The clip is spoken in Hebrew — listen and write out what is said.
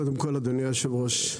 קודם כול אדוני היושב-ראש,